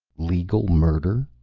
legal murder?